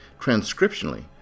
Transcriptionally